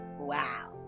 Wow